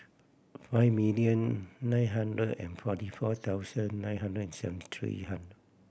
five million nine hundred and forty four thousand nine hundred and seventy three